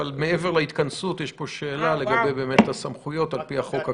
אבל מעבר להתכנסות יש פה שאלה באמת לגבי הסמכויות על-פי החוק הקיים.